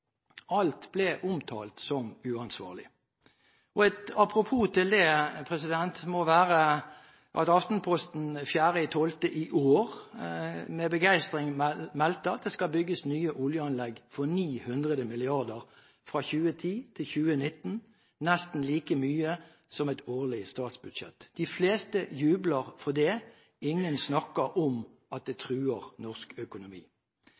Alt ble omtalt som uansvarlig. Et apropos til det må være at Aftenposten 4. desember i år med begeistring meldte at det skal bygges nye oljeanlegg for 900 mrd. kr fra 2010 til 2019, nesten like mye som et årlig statsbudsjett. De fleste jubler for det, ingen snakker om at det truer norsk økonomi.